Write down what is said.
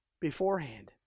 beforehand